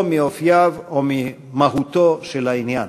או מאופיו או ממהותו של העניין".